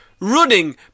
Running